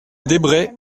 desbrest